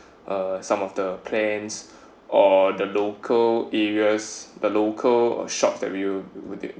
uh some of the plans or the local areas the local shops that we will with